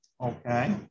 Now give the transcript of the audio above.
Okay